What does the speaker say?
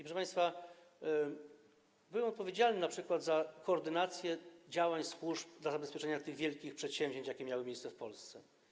Proszę państwa, byłem odpowiedzialny np. za koordynację działań służb dla zabezpieczenia tych wielkich przedsięwzięć, jakie miały miejscowe w Polsce.